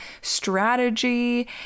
strategy